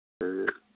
ꯑ